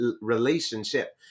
relationship